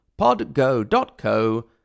podgo.co